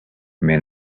may